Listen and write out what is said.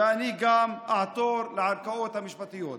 ואני גם אעתור לערכאות המשפטיות.